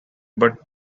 but